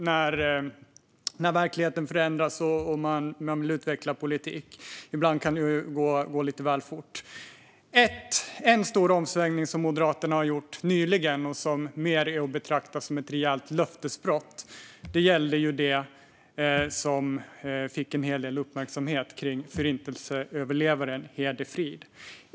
När verkligheten förändras vill man utveckla sin politik. Ibland kan det gå lite väl fort. Nyligen har Moderaterna gjort en stor omsvängning som mer är att betrakta som ett rejält löftesbrott och som har fått en hel del uppmärksamhet. Det gäller Förintelseöverlevaren Hédi Fried.